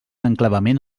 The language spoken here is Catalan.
enclavament